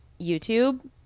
youtube